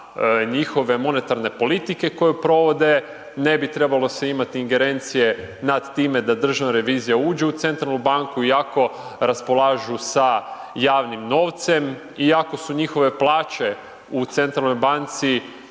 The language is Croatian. njihove monetarne politike koje provode, ne bi trebalo se imati ingerencije nad time da Državna revizija uđe u centralnu banku iako raspolažu sa javnim novcem iako su njihove plaće u centralnoj banci